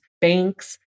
banks